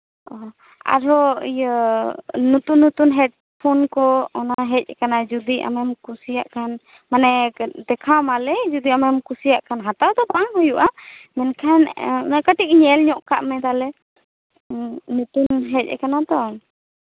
ᱚ ᱟᱨᱚ ᱤᱭᱟᱹ ᱟᱨ ᱱᱩᱛᱩᱱ ᱱᱩᱛᱩᱱ ᱦᱮᱰᱯᱷᱳᱱ ᱠᱚ ᱦᱮᱡ ᱠᱟᱱᱟ ᱡᱚᱫᱤ ᱟᱢᱮᱢ ᱠᱩᱥᱤᱭᱟᱜ ᱠᱷᱟᱱ ᱢᱟᱱᱮ ᱫᱮᱠᱷᱟᱣ ᱟᱢᱟᱞᱮ ᱡᱩᱫᱤ ᱟᱢᱮᱢ ᱠᱩᱥᱤᱭᱟᱜᱼᱟ ᱠᱷᱟᱱ ᱦᱟᱛᱟᱣ ᱫᱚ ᱵᱟᱝ ᱦᱩᱭᱩᱜᱼᱟ ᱢᱮᱱᱠᱷᱟᱱ ᱱᱚᱣᱟ ᱠᱟᱹᱴᱤᱡ ᱧᱮᱞ ᱧᱚᱜ ᱠᱟᱜ ᱢᱮ ᱛᱟᱦᱞᱮ ᱱᱩᱛᱚᱱ ᱦᱮᱡ ᱠᱟᱱᱟ ᱛᱚ